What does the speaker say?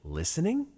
listening